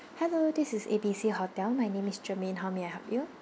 hello this is A B C hotel my name is germaine how may I help you